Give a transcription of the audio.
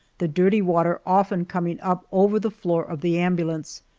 the dirty water often coming up over the floor of the ambulance,